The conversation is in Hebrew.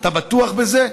אתה בטוח בזה?